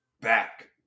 back